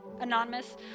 Anonymous